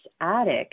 attic